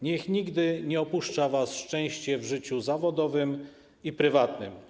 Niech nigdy nie opuszcza was szczęście w życiu zawodowym i prywatnym.